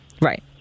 Right